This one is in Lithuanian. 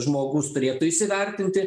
žmogus turėtų įsivertinti